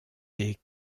des